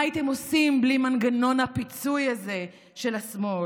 מה הייתם עושים בלי מנגנון הפיצוי הזה של השמאל?